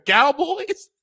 Cowboys